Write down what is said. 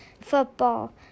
football